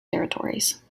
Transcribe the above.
territories